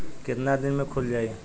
कितना दिन में खुल जाई?